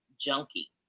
junkie